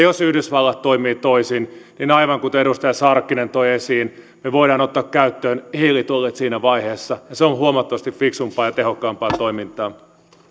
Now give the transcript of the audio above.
jos yhdysvallat toimii toisin niin aivan kuten edustaja sarkkinen toi esiin me voimme ottaa käyttöön hiilitullit siinä vaiheessa ja se on huomattavasti fiksumpaa ja tehokkaampaa toimintaa